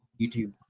YouTube